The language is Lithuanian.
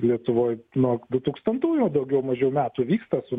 lietuvoj nuo du tūkstantųjų daugiau mažiau metų vyksta su